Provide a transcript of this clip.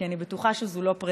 כי אני בטוחה שזו לא פרידה,